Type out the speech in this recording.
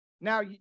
Now